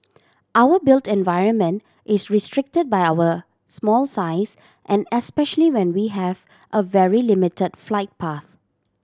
our built environment is restricted by our small size and especially when we have a very limited flight path